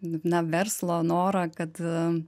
na verslo norą kad